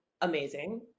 amazing